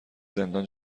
زندان